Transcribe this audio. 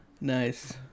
Nice